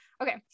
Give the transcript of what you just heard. Okay